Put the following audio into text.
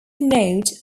node